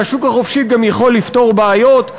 שהשוק החופשי גם יכול לפתור בעיות.